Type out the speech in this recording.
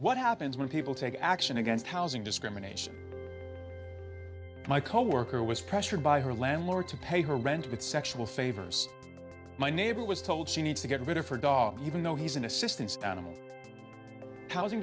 what happens when people take action against housing discrimination my coworker was pressured by her landlord to pay her rent with sexual favors my neighbor was told she needs to get rid of her dog even though he's an assistan